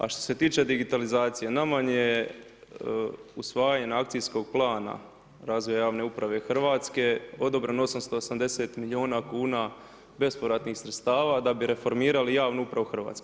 A što se tiče digitalizacije, nama vam je usvajanje akcijskog plana razvoja javne uprave Hrvatske odobreno 880 milijuna kuna bespovratnih sredstava da bi reformirali javnu upravu Hrvatske.